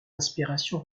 inspiration